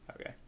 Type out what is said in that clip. Okay